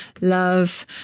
love